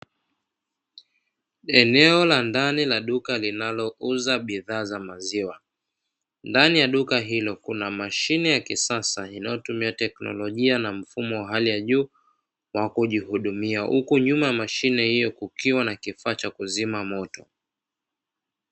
Eneo la ndani la duka linalouza bidhaa za maziwa ndani ya duka hilo kuna mashine ya kisasa inayotumia teknolojia na mfumo wa hali ya juu wa kujihudumia, huku nyuma ya mashine hiyo kukiwa na kifaa cha kuzima moto.